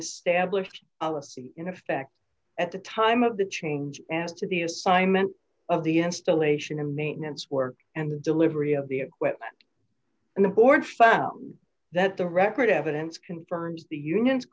established in effect at the time of the change as to the assignment of the installation and maintenance work and the delivery of the equipment and the board's found that the record evidence confirms the union